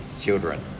children